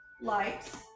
lights